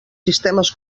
sistemes